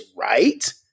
right